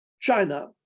China